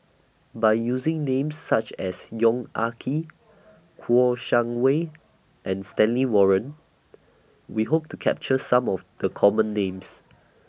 By using Names such as Yong Ah Kee Kouo Shang Wei and Stanley Warren We Hope to capture Some of The Common Names